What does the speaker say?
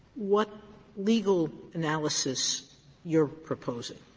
what legal analysis you're proposing?